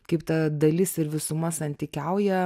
kaip ta dalis ir visuma santykiauja